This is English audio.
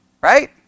right